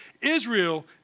Israel